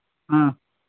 ہاں